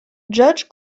judge